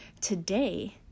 today